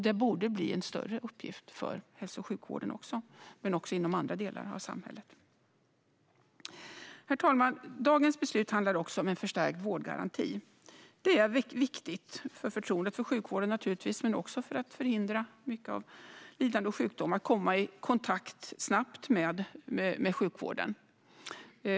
Det borde bli en större uppgift för hälso och sjukvården, men också inom andra delar av samhället. Herr talman! Dagens beslut handlar också om en förstärkt vårdgaranti. Det är viktigt för förtroendet för sjukvården, naturligtvis, men också för att förhindra mycket av lidande och sjukdomar. Det är viktigt att människor snabbt i kontakt med sjukvården.